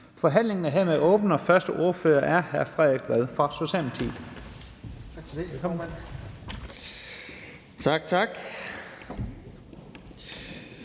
Forhandlingen er hermed åbnet, og første ordfører er hr. Frederik Vad fra Socialdemokratiet.